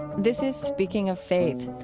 this is speaking of faith.